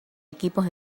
equipos